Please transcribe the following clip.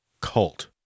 cult